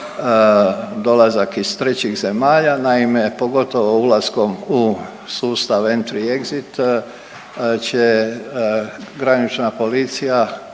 dolazak iz trećih zemalja. Naime, pogotovo ulaskom u sustav Entry-Exit će granična policija,